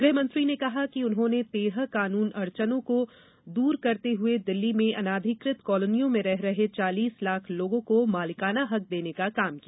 गृह मंत्री ने कहा कि उन्होंने तेरह कानूनी अड़चनों को दूर करते हुए दिल्ली में अनधिकृत कालोनियों में रह रहे चालीस लाख लोगों को मालिकाना हैक देने का काम किया